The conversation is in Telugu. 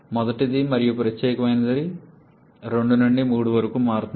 మొదటిది మరియు ఈ ప్రత్యేకమైనది 2 నుండి 3 వరకు మారుతుంది